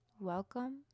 Welcome